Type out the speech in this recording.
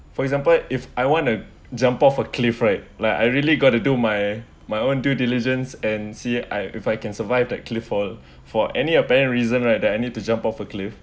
for example if I want to jump off a cliff right like I really got to do my my own due diligence and see I if I can survive that cliff fall for any apparent reason right that I need to jump off from cliff